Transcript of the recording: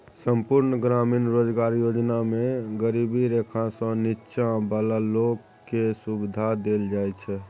संपुर्ण ग्रामीण रोजगार योजना मे गरीबी रेखासँ नीच्चॉ बला लोक केँ सुबिधा देल जाइ छै